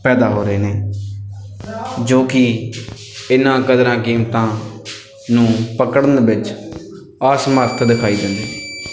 ਪੈਦਾ ਹੋ ਰਹੇ ਨੇ ਜੋ ਕਿ ਇਹਨਾਂ ਕਦਰਾਂ ਕੀਮਤਾਂ ਨੂੰ ਪਕੜਨ ਵਿੱਚ ਅਸਮਰੱਥ ਦਿਖਾਈ ਦਿੰਦੇ ਨੇ